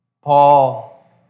Paul